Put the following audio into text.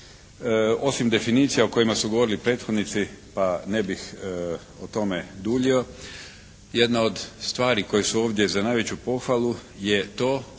Osim definicija o kojima su govorili prethodnici pa ne bih o tome duljio. Jedna od stvari koje su ovdje za najveću pohvalu je to